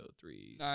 three